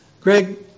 Greg